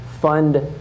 fund